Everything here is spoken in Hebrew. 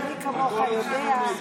כמוך יודע,